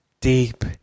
deep